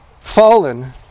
fallen